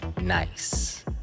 Nice